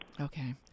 Okay